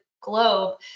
globe